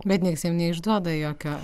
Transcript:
bet nieks jiem neišduoda jokio